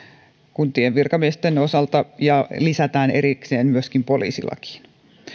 kuntien virkamiesten osalta ja lisätään erikseen myöskin poliisilakiin